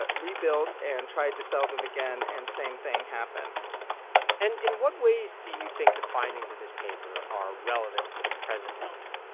but rebuilds and tried to sell them again. and same thing happened and in what ways do you think the findings of this paper are relevant for the present moment?